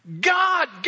God